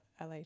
LA